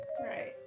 Right